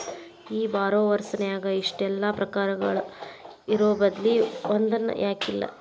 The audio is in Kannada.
ಈ ಬಾರೊವರ್ಸ್ ನ್ಯಾಗ ಇಷ್ಟೆಲಾ ಪ್ರಕಾರಗಳು ಇರೊಬದ್ಲಿ ಒಂದನ ಯಾಕಿಲ್ಲಾ?